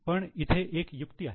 पण इथे एक युक्ती आहे